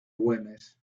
güemes